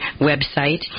website